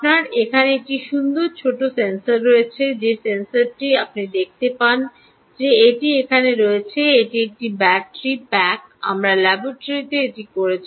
আপনার এখানে এই সুন্দর ছোট সেন্সর রয়েছে যে সেন্সরটি আপনি দেখতে পান যে এটি এখানে রয়েছে এটি এই ব্যাটারি প্যাকটি আমরা ল্যাবটিতে এটি করেছি